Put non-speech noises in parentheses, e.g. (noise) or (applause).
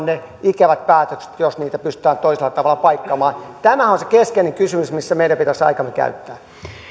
(unintelligible) ne ikävät päätökset pystytään torjumaan jos niitä pystytään toisella tavalla paikkaamaan tämä on se keskeinen kysymys mihin meidän pitäisi aikaamme käyttää